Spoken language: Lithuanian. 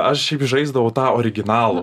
aš šiaip žaisdavau tą originalų